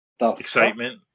excitement